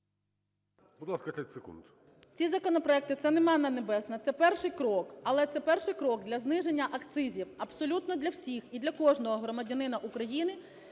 Ці законопроекти – це не "манна небесна", це перший крок. Але це перший крок для зниження акцизів абсолютно для всіх і для кожного громадянина України,